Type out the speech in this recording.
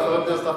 חבר הכנסת טיבי,